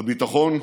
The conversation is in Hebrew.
בביטחון,